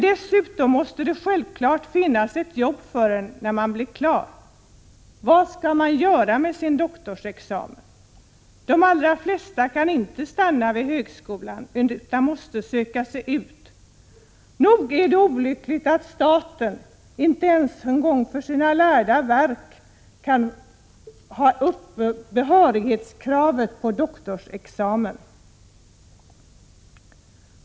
Dessutom måste det självfallet finnas arbete när man är klar med utbildningen. Vad skali man göra med sin doktorsexamen? De allra flesta kan inte stanna vid högskolan utan måste söka sig ut. Nog är det olyckligt att staten inte ens för sina lärda verk kan ha kvar behörighetskravet när det gäller doktorsexamen.